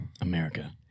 America